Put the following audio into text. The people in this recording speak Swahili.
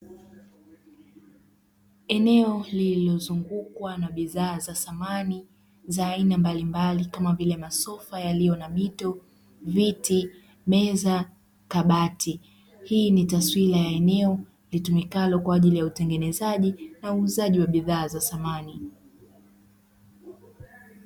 Eneo lililozungukwa na bidhaa za samani za aina mbalimbali kama vile: masofa yaliyo na mito, viti, meza, kabati. Hii ni taswira ya eneo litumikalo kwa ajili ya utengenezaji na uuzaji wa bidhaa za samani.